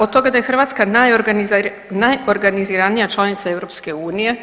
Od toga da je Hrvatska najorganiziranija članica EU.